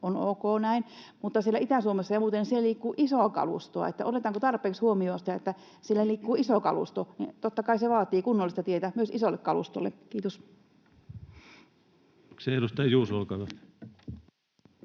on ok näin, mutta Itä-Suomessa muuten liikkuu isoa kalustoa. Eli otetaanko tarpeeksi huomioon, että siellä liikkuu isoa kalustoa? Totta kai se vaatii kunnollista tietä myös isolle kalustolle. — Kiitos. [Speech 20] Speaker: